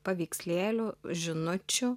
paveikslėlių žinučių